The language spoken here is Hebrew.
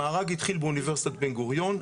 המארג התחיל באוניברסיטת בן גוריון,